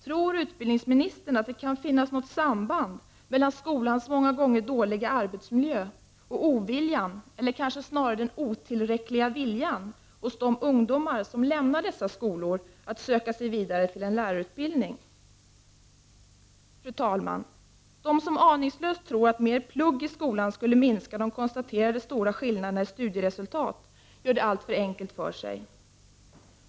Tror utbildningsministern att det kan finnas något samband mellan skolans många gånger dåliga arbetsmiljö och oviljan — eller kanske snarare den otillräckliga viljan — hos de ungdomar som lämnar dessa skolor att söka sig vidare till en lärarutbildning? Fru talman! De som aningslöst tror att mer ”plugg” i skolan skulle minska de konstaterade stora skillnaderna i studieresultat gör det alltför enkelt för sig.